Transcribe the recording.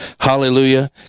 Hallelujah